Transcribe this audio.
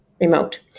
remote